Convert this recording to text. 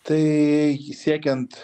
tai siekiant